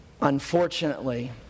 Unfortunately